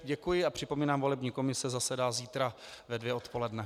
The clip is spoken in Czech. Děkuji a připomínám, volební komise zasedá zítra ve dvě odpoledne.